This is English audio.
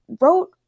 wrote